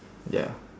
ya